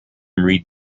read